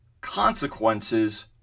consequences